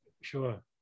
Sure